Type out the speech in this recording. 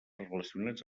relacionats